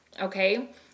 Okay